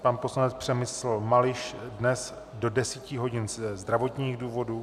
Pan poslanec Přemysl Mališ dnes do 10 hodin ze zdravotních důvodů.